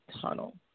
tunnel